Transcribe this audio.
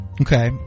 Okay